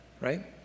right